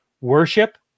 worship